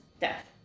death